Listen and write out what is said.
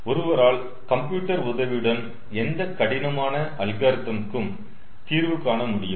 ஒருவரால் கம்ப்யூட்டர் உதவியுடன் எந்த கடினமான அல்காரிதம்கும் தீர்வு காண முடியும்